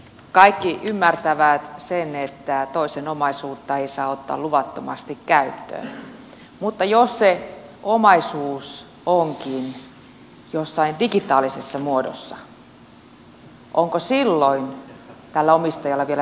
kaikki ymmärtävät sen että toisen omaisuutta ei saa ottaa luvattomasti käyttöön mutta jos se omaisuus onkin jossain digitaalisessa muodossa niin onko silloin tällä omistajalla vielä samat oikeudet